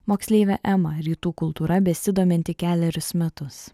moksleivė ema rytų kultūra besidominti kelerius metus